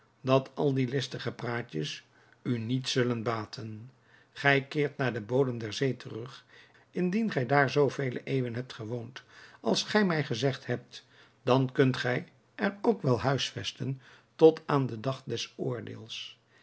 dat al die listige praatjes u niets zullen baten gij keert naar den bodem der zee terug indien gij daar zoo vele eeuwen hebt gewoond als gij mij gezegd hebt dan kunt gij er ook wel huisvesten tot aan den dag des oordeels